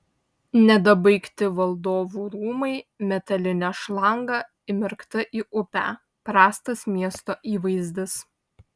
nedabaigti valdovų rūmai metalinė šlanga įmerkta į upę prastas miesto įvaizdis